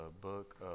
book